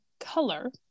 color